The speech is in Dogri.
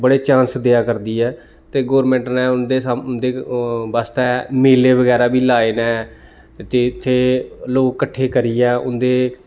बड़े चांस देआ करदी ऐ ते गोरमैंट ने उं'दे साम उं'दे बास्ते मेले बगैरा बी लाऐ न ते इत्थै लोक कट्ठे करियै उंटदे